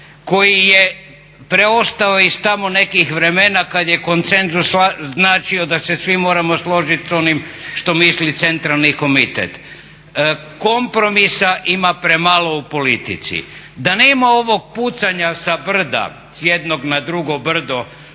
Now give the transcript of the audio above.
koji je preostao iz tamo nekih vremena kad je konsenzus značio da se svi moramo složit s onim što misli Centralni komitet. Kompromisa ima premalo u politici. Da nema ovog pucanja sa brda, s jednog na drugo brdo